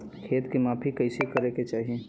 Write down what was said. खेत के माफ़ी कईसे करें के चाही?